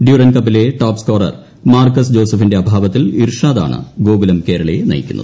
ഡ്യൂറന്റ്ക്കപ്പിലെ top scorer Marcus ജോസഫിന്റെ അഭാവത്തിൽ ് ഇർഷാദാണ് ഗോകുലം കേരളയെ നയിക്കുന്നത്